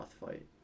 fight